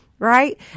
Right